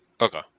Okay